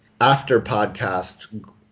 after-podcast